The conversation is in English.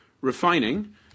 Refining